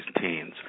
teens